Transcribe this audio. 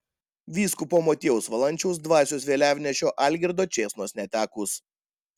vyskupo motiejaus valančiaus dvasios vėliavnešio algirdo čėsnos netekus